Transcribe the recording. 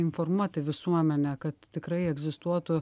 informuoti visuomenę kad tikrai egzistuotų